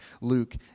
Luke